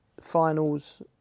finals